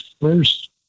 first